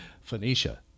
Phoenicia